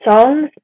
songs